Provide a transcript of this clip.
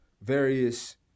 various